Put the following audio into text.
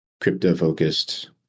crypto-focused